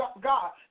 God